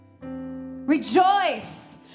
Rejoice